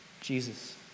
Jesus